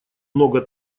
много